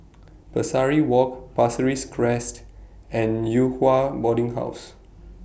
Pesari Walk Pasir Ris Crest and Yew Hua Boarding House